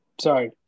sorry